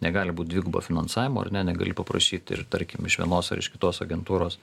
negali būt dvigubo finansavimo ar ne negali paprašyt ir tarkim iš vienos ar iš kitos agentūros